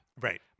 right